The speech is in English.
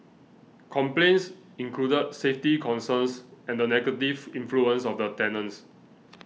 complaints included safety concerns and the negative influence of the tenants